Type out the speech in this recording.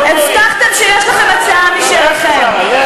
הבטחתם שיש לכם הצעה משלכם,